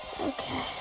Okay